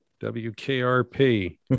WKRP